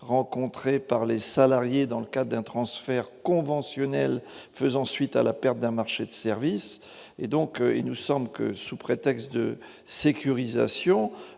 rencontrées par les salariés, dans le cas d'un transfert conventionnelle, faisant suite à la perte d'un marché de services et donc, il nous semble que sous prétexte de sécurisation